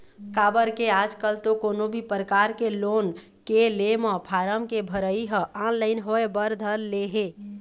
काबर के आजकल तो कोनो भी परकार के लोन के ले म फारम के भरई ह ऑनलाइन होय बर धर ले हे